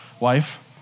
wife